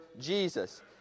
Jesus